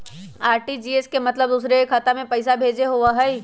RTGS के मतलब दूसरे के खाता में पईसा भेजे होअ हई?